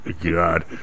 God